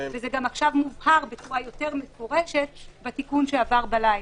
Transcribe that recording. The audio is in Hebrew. וזה גם עכשיו מובהר בצורה מפורשת יותר בתיקון שעבר בלילה,